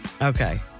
Okay